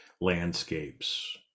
landscapes